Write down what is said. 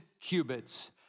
cubits